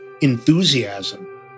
enthusiasm